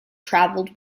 travelled